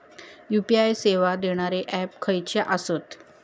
UPI सेवा देणारे app खयचे आसत?